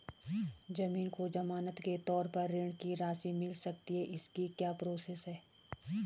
ज़मीन को ज़मानत के तौर पर ऋण की राशि मिल सकती है इसकी क्या प्रोसेस है?